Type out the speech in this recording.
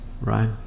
right